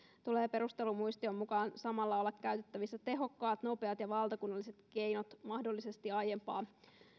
tulee perustelumuistion mukaan samalla olla käytettävissä tehokkaat nopeat ja valtakunnalliset keinot mahdollisesti aiempaa